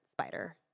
Spider